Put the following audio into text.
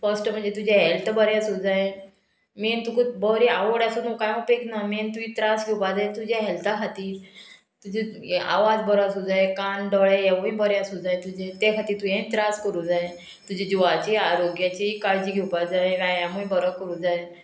first म्हणजे तुजें health बरें आसूं जाय मेन तुक बरी आवड आसू न्हू कांय उपेग ना मेन तुवें त्रास घेवपा जाय तुज्या हेल्ता खातीर तुजे आवाज बरो आसूं जाय कान दोळे हेवूय बरें आसूं जाय तुजे ते खातीर तुवेंय त्रास करूं जाय तुज्या जिवाची आरोग्याची काळजी घेवपा जाय व्यायामूय बरो करूं जाय